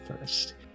first